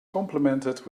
complimented